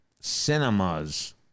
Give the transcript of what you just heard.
cinemas